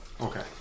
Okay